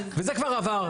וזה כבר עבר.